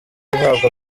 guhabwa